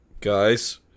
Guys